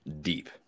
deep